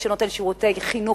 מי שנותן שירותי חינוך,